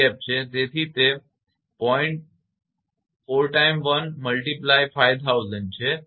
તેથી 𝑣𝑏 બરાબર 𝜌𝑣𝑓 છે તેથી તે 0